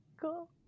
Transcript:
Cool